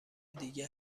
دیگه